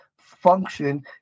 function